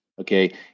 Okay